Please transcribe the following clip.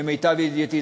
למיטב ידיעתי,